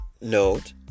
note